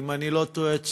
אם אני לא טועה,